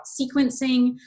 sequencing